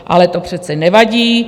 Ale to přece nevadí.